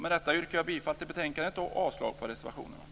Med detta yrkar jag bifall till hemställan i betänkandet och avslag på reservationerna.